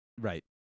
Right